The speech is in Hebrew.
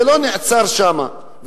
זה לא נעצר שם,